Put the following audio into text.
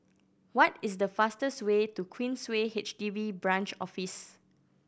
what is the fastest way to Queensway H D B Branch Office